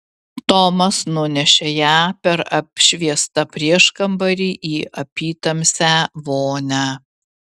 tomas nunešė ją per apšviestą prieškambarį į apytamsę vonią